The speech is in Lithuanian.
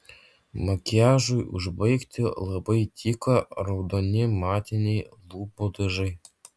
makiažui užbaigti labai tiko raudoni matiniai lūpų dažai